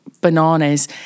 bananas